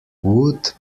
wood